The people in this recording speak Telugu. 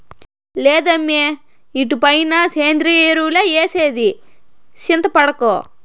లేదమ్మీ ఇటుపైన సేంద్రియ ఎరువులే ఏసేది చింతపడకు